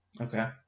Okay